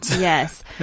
Yes